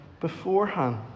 beforehand